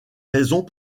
raisons